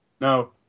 No